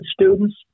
students